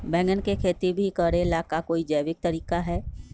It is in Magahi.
बैंगन के खेती भी करे ला का कोई जैविक तरीका है?